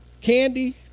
candy